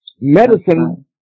Medicine